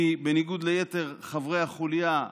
כי בניגוד ליתר חברי החוליה,